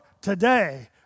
today